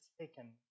taken